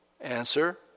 Answer